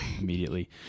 immediately